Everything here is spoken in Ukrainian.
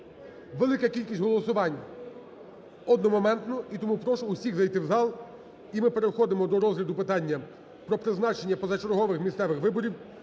велика кількість голосувань одномоментно і тому прошу усіх зайти в зал. І ми переходимо до розгляду питання про призначення позачергових місцевих виборів.